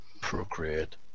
Procreate